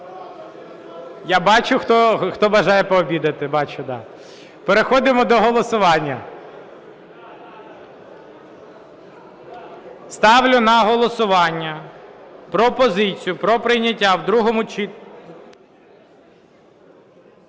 Я бачу, хто бажає пообідати, бачу. Переходимо до голосування. Ставлю на голосування пропозицію про прийняття в другому читанні